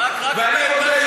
ואני אומר,